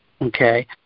Okay